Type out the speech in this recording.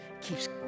keeps